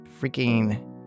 freaking